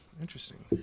interesting